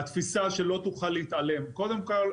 התפיסה שלא תוכל להתעלם קודם כל,